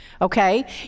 Okay